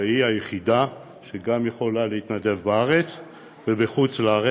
והיא היחידה שגם יכולה להתנדב בארץ ובחוץ-לארץ,